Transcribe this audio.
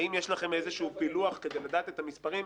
האם יש לכם איזשהו פילוח, כדי לדעת את המספרים,